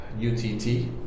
UTT